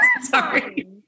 sorry